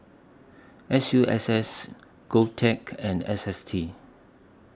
S U S S Govtech and S S T